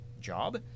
job